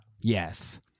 Yes